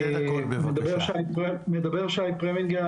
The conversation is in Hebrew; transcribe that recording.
שי פרמינגר,